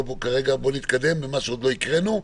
כרגע בואו נתקדם ונקריא את מה שעוד לא קראנו.